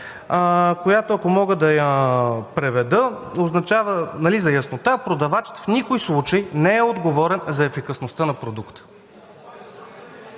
която, ако мога да я преведа за яснота: „Продавачът в никой случай не е отговорен за ефикасността на продукта.“